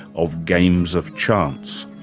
of games of chance.